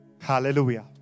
Hallelujah